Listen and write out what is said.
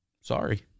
Sorry